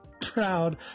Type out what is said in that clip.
proud